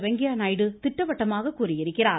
வெங்கைய்யா நாயுடு திட்டவட்டமாக கூறியிருக்கிறார்